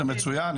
זה מצוין,